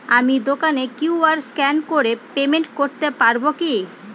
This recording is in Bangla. আমি দোকানে কিউ.আর স্ক্যান করে পেমেন্ট করতে পারবো কি?